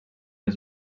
les